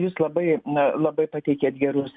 jūs labai labai pateikėt gerus